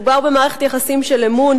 ומדובר במערכת יחסים של אמון,